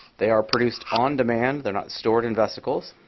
they are produced on demand. they're not stored in vesicles.